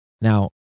Now